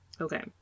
Okay